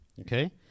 Okay